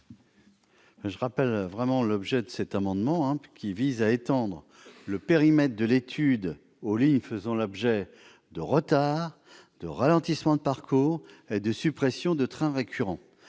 de la commission ? Cet amendement vise à étendre le périmètre de l'étude aux lignes faisant l'objet de retards, de ralentissements de parcours et de suppressions de train récurrents.